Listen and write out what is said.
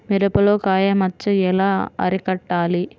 మిరపలో కాయ మచ్చ ఎలా అరికట్టాలి?